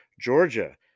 Georgia